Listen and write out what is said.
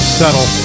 settle